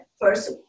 first